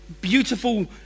beautiful